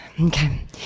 okay